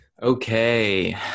Okay